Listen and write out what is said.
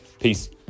Peace